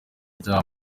ibyaha